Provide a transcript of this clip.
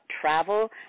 travel